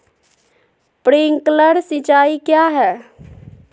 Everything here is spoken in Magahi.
प्रिंक्लर सिंचाई क्या है?